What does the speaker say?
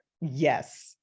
Yes